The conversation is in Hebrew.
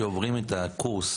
אחרי שעוברים את הקורס,